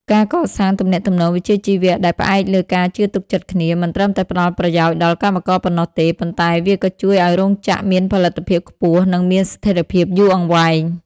ការកសាងទំនាក់ទំនងវិជ្ជាជីវៈដែលផ្អែកលើការជឿទុកចិត្តគ្នា មិនត្រឹមតែផ្តល់ប្រយោជន៍ដល់កម្មករប៉ុណ្ណោះទេ ប៉ុន្តែវាក៏ជួយឱ្យរោងចក្រមានផលិតភាពខ្ពស់ និងមានស្ថិរភាពយូរអង្វែង។